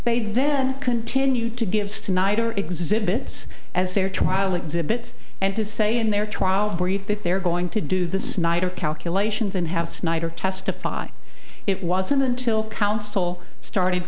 they then continue to give snyder exhibits as fair trial exhibits and to say in their trial brief that they're going to do the snyder calculations and have snyder testify it was him until counsel started